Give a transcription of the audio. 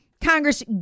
Congress